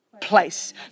Place